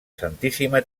santíssima